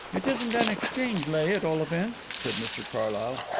it isn't an exchange lay, at all events, said mr carlyle.